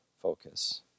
focus